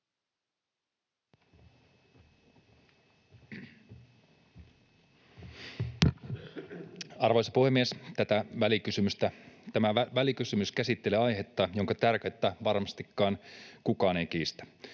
Arvoisa puhemies! Tämä välikysymys käsittelee aihetta, jonka tärkeyttä varmastikaan kukaan ei kiistä.